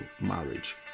marriage